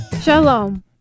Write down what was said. Shalom